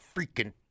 freaking